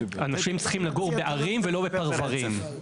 אנשים צריכים לגור בערים ולא בפרברים,